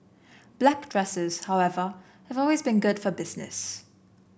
black dresses however have always been good for business